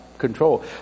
control